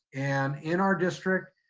and in our district,